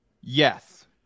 Yes